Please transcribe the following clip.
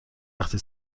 وقتی